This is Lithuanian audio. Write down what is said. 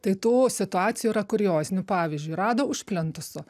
tai tų situacijų yra kuriozinių pavyzdžiui rado už plintuso